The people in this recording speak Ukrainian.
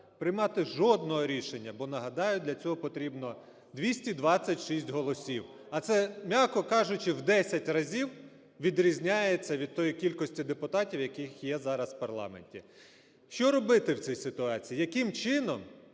приймати жодного рішення, бо нагадаю, для цього потрібно 226 голосів, а це, м’яко кажучи, в 10 разів відрізняється від тієї кількості депутатів, які є зараз у парламенті. Що робити в цій ситуації? Яким чином,